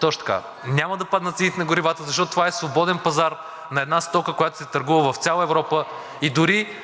точно така, няма да паднат цените на горивата, защото това е свободен пазар на една стока, която се търгува в цяла Европа, и дори